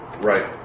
Right